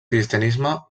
cristianisme